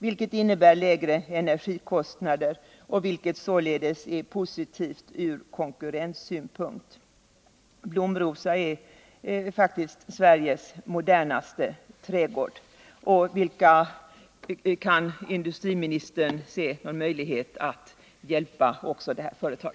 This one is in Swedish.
Detta medför lägre energikostnader, vilket är positivt från konkurrenssynpunkt. Blom-Rosa är faktiskt Sveriges modernaste trädgårdsföretag. Kan industriministern se någon möjlighet att hjälpa också detta företag?